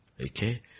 Okay